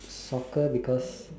soccer because